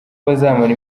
bazamara